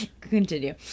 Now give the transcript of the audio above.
Continue